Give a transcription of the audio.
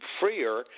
freer